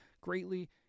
Greatly